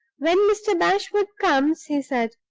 when mr. bashwood comes, he said,